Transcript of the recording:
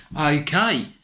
Okay